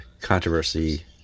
controversy